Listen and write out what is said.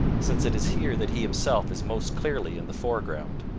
since it is here that he himself is most clearly in the foreground.